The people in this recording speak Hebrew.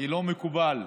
לא מקובל.